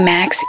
Max